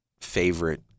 favorite